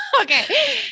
Okay